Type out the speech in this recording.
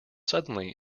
suddenly